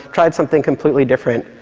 tried something completely different.